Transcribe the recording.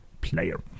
player